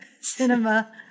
Cinema